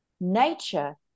Nature